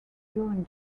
during